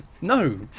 no